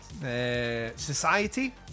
society